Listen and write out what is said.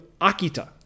Akita